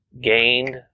gained